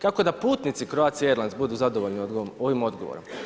Kako da putnici Croatie Airlines budu zadovoljni ovim odgovorom?